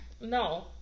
No